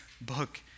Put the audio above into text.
book